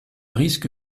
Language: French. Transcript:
risque